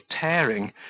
tearing